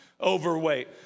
overweight